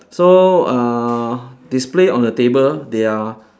so uh display on the table they are